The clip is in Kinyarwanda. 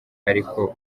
ariko